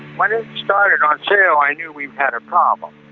when it started on sale i knew we had a problem.